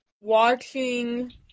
Watching